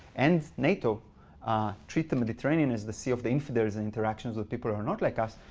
and nato treat the mediterranean as the sea of the infidels in interactions with people who are not like us,